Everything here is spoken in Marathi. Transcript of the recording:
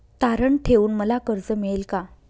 तारण ठेवून मला कर्ज मिळेल का?